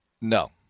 no